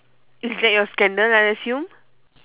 is that your scandal I assume